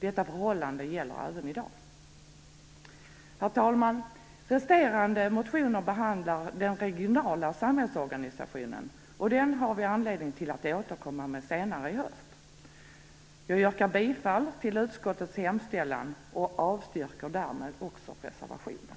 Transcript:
Detta förhållande gäller även i dag. Herr talman! Resterande motioner behandlar den regionala samhällsorganisationen. Den har vi anledning att återkomma till senare i höst. Jag yrkar bifall till utskottets hemställan och avstyrker därmed också reservationen.